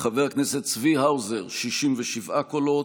חבר הכנסת צבי האוזר, 67 קולות,